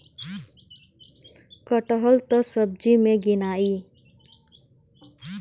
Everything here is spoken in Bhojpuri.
कटहल त सब्जी मे गिनाई